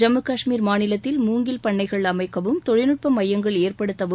ஜம்மு காஷ்மீர் மாநிலத்தில் மூங்கில் பண்ணைகள் அமைக்கவும் தொழில்நுட்ப மையங்கள் ஏற்படுத்தவும்